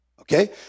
Okay